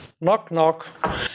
knock-knock